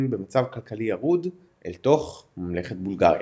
במצב כלכלי ירוד אל תוך ממלכת בולגריה.